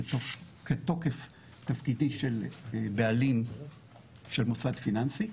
כתוקף תפקידי כבעלים של מוסד פיננסי,